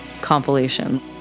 compilation